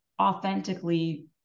authentically